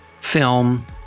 film